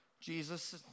Jesus